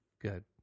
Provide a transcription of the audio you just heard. good